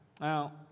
now